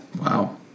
Wow